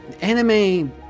anime